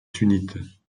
sunnites